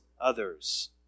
others